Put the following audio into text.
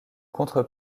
contre